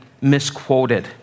misquoted